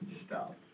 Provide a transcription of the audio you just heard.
Stop